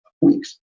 weeks